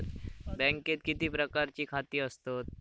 बँकेत किती प्रकारची खाती असतत?